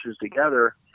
together